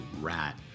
Rat